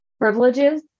privileges